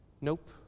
Nope